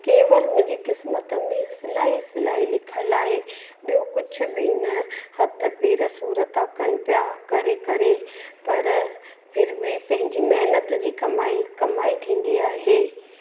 केवल मुंहिंजी क़िस्मत में सिलाई सिलाई लिखियल आहे ॿियों कुझु बि न हथ पेर सूरु था कनि पिया करे करे पर फिर बि पंहिंजी महिनत जी कमाई कमाई थींदी आहे